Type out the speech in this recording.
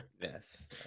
Yes